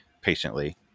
patiently